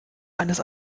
eines